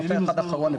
נושא אחד אחרון,